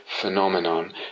phenomenon